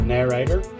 Narrator